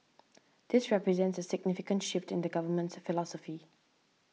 this represents significant shift in the Government's philosophy